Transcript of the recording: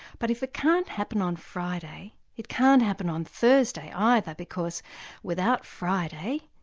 but if it can't happen on friday it can't happen on thursday either because without friday,